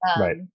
Right